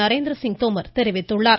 நரேந்திரசிங் தோமர் தெரிவித்துள்ளார்